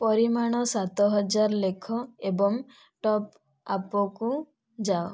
ପରିମାଣ ସାତ ହଜାର ଲେଖ ଏବଂ ଟପ୍ ଆପ୍କୁ ଯାଅ